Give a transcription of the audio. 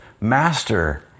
master